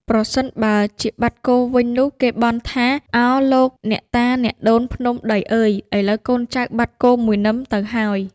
ប្រសិនបើជាបាត់គោវិញនោះ គេបន់ថា “ឱ ! លោកអ្នកតាអ្នកដូនភ្នំដីអើយ ! ឥឡូវកូនចៅបាត់គោមួយនឹមទៅហើយ